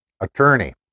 attorney